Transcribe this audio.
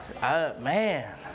Man